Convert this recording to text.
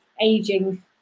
aging